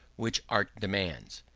which art demands.